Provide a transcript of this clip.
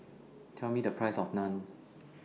Tell Me The Price of Naan